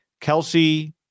Kelsey